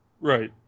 Right